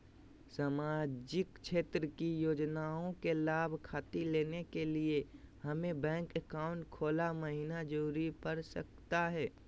सामाजिक क्षेत्र की योजनाओं के लाभ खातिर लेने के लिए हमें बैंक अकाउंट खोला महिना जरूरी पड़ सकता है?